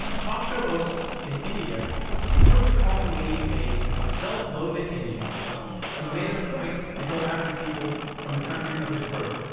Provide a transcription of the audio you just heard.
talk show hosts in india took to calling me a self-loathing indian who made it a point to go after people from the country of his birth,